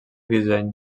disseny